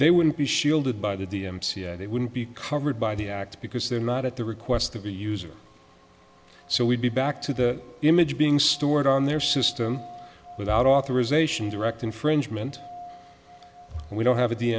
they wouldn't be shielded by the d m c a they wouldn't be covered by the act because they're not at the request of a user so we'd be back to the image being stored on their system without authorization direct infringement we don't have